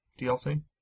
DLC